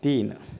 तीन